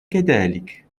كذلك